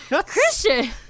Christian